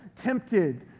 tempted